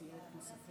מטעם סיעת יש עתיד,